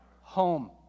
home